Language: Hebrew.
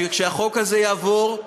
שכשהחוק הזה יעבור,